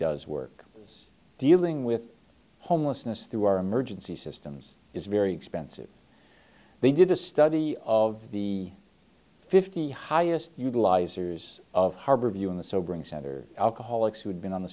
does work it's dealing with homelessness through our emergency systems is very expensive they did a study of the fifty highest utilizers of harbor view in the sobering center alcoholics who had been on the